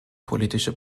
politische